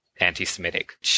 anti-Semitic